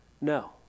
No